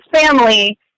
family